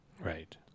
right